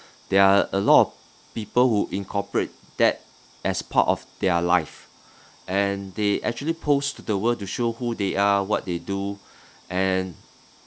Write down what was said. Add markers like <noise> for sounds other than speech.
<breath> there are a lot of people who incorporate that as part of their life <breath> and they actually post to the world to show who they are what they do <breath> and